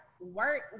work